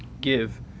give